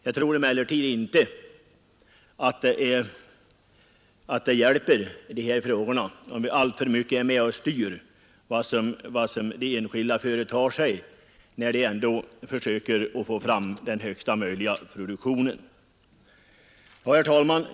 Jag tror emellertid inte på nyttan av en alltför stark styrning av vad enskilda företar sig; de försöker ju ändå att åstadkomma högsta möjliga produktion. Herr talman!